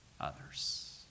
others